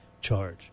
charge